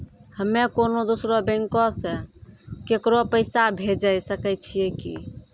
हम्मे कोनो दोसरो बैंको से केकरो पैसा भेजै सकै छियै कि?